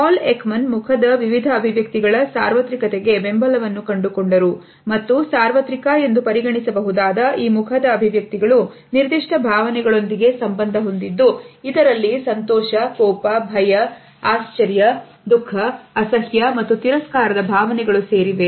Paul Ekman ಮುಖದ ವಿವಿಧ ಅಭಿವ್ಯಕ್ತಿಗಳ ಸಾರ್ವತ್ರಿಕತೆಗೆ ಬೆಂಬಲವನ್ನು ಕಂಡುಕೊಂಡರು ಮತ್ತು ಸಾರ್ವತ್ರಿಕ ಎಂದು ಪರಿಗಣಿಸಬಹುದಾದ ಈ ಮುಖದ ಅಭಿವ್ಯಕ್ತಿಗಳು ನಿರ್ದಿಷ್ಟ ಭಾವನೆಗಳೊಂದಿಗೆ ಸಂಬಂಧ ಹೊಂದಿದ್ದು ಇದರಲ್ಲಿ ಸಂತೋಷ ಕೋಪ ಭಯ ಆಶ್ಚರ್ಯ ದುಃಖ ಅಸಹ್ಯ ಮತ್ತು ತಿರಸ್ಕಾರದ ಭಾವನೆಗಳು ಸೇರಿವೆ